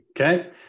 Okay